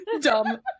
Dumb